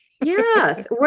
Yes